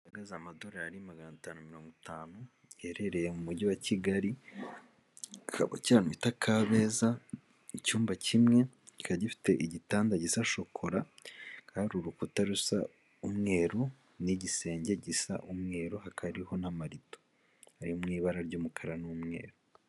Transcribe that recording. Hagaze amadolari magana atanu mirongo itanu girereye mu mujyi wa kigali, kaba kiri ahantu bita kabeza, icyumba kimwe kikaba gifite igitanda gisa shokora hakaba hari urukuta rusa umweru n'igisenge gisa umweru hakariho n'amarido ari mu ibara ry'umukara n'umweru.